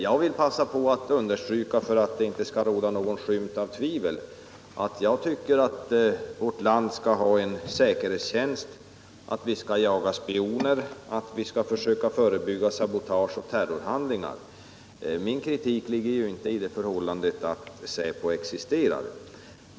För att det inte skall råda någon skymt av tvivel vill jag passa på att understryka att jag tycker att vårt land skall ha en säkerhetstjänst, att vi skall jaga spioner, att vi skall försöka förebygga sabotage och terrorhandlingar. Min kritik gäller inte det förhållandet att säpo existerar.